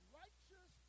righteous